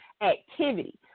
activity